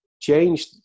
change